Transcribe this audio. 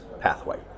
pathway